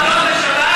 זאת חוצפה, בשבת.